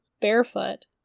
barefoot